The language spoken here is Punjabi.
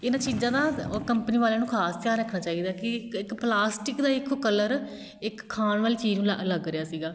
ਇਹਨਾਂ ਚੀਜ਼ਾਂ ਦਾ ਕੰਪਨੀ ਵਾਲਿਆਂ ਨੂੰ ਖਾਸ ਧਿਆਨ ਰੱਖਣਾ ਚਾਹੀਦਾ ਕਿ ਇੱਕ ਇੱਕ ਪਲਾਸਟਿਕ ਦਾ ਇੱਕ ਉਹ ਕਲਰ ਇੱਕ ਖਾਣ ਵਾਲੀ ਚੀਜ਼ ਨੂੰ ਲ ਲੱਗ ਰਿਹਾ ਸੀਗਾ